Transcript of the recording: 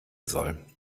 soll